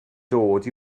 dod